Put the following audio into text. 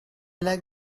like